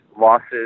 losses